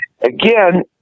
Again